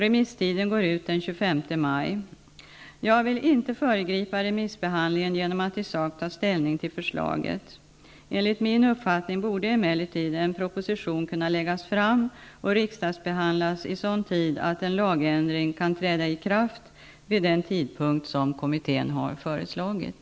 Remisstiden går ut den 25 maj. Jag vill inte föregripa remissbehandlingen genom att i sak ta ställning till förslaget. Enligt min uppfattning borde emellertid en proposition kunna läggas fram och riksdagsbehandlas i sådan tid att en lagändring kan träda i kraft vid den tidpunkt som kommittén har föreslagit.